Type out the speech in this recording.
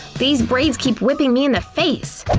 these braids keep whipping me in the face.